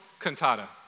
cantata